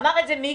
אמר את זה מיקי,